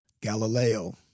Galileo